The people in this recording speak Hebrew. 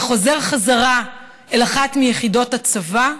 וחוזר אל אחת מיחידות הצבא.